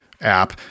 app